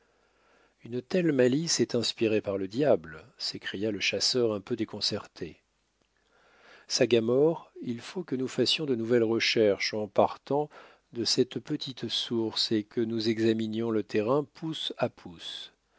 une telle malice est inspirée par le diable s'écria le chasseur un peu déconcerté sagamore il faut que nous fassions de nouvelles recherches en partant de cette petite source et que nous examinions le terrain pouce à pouce